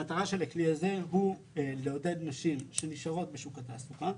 המטרה של הכלי הזה היא לעודד נשים שנשארות בשוק התעסוקה,